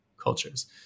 cultures